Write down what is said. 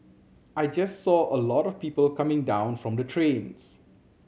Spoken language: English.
I just saw a lot of people coming down from the trains